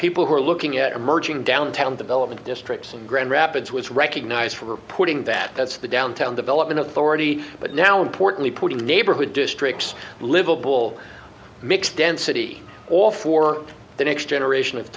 people who are looking at emerging downtown development districts in grand rapids was recognized for putting that that's the downtown development authority but now importantly putting the neighborhood districts livable mixed density all for the next generation of